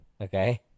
Okay